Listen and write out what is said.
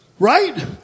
Right